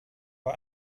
war